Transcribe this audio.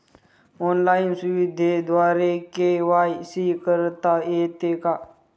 Online सुविधेद्वारे KYC करता येते का?